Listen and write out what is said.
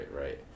right